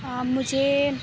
مجھے